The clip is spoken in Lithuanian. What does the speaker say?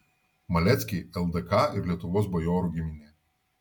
maleckiai ldk ir lietuvos bajorų giminė